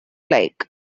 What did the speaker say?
like